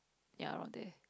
ya around there